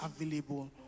available